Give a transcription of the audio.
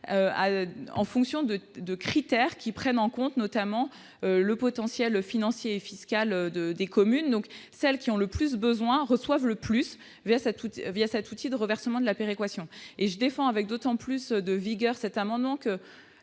en fonction de critères qui prennent en compte, notamment, le potentiel financier et fiscal des communes. Celles dont les besoins sont les plus importants reçoivent le plus cet outil de reversement de la péréquation. Je défends avec d'autant plus de vigueur cet amendement que,